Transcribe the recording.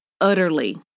utterly